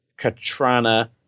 Katrana